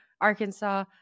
Arkansas